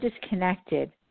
disconnected